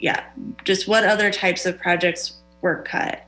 yeah just what other types of projects were cut